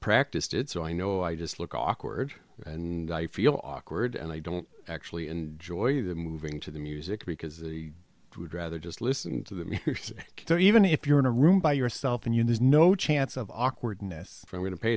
practiced it so i know i just look awkward and i feel awkward and i don't actually enjoy the moving to the music because they would rather just listen to me so even if you're in a room by yourself and you there's no chance of awkwardness from going to pay